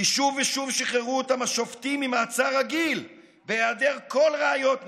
כי שוב ושוב שיחררו אותם השופטים ממעצר רגיל בהיעדר כל ראיות נגדם.